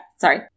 sorry